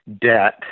debt